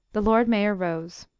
the lord mayor rose.